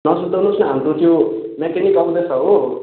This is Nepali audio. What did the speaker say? नसुर्ताउनु होस् न हाम्रो त्यो म्याकेनिक आउँदैछ हो